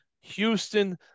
Houston